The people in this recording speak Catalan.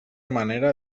manera